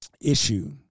issue